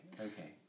Okay